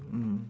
mm